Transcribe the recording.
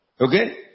Okay